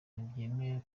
ntibyemewe